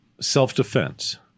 self-defense